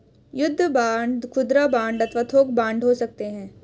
युद्ध बांड खुदरा बांड अथवा थोक बांड हो सकते हैं